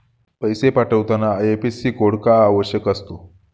पैसे पाठवताना IFSC code का आवश्यक असतो?